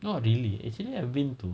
not really actually I've been to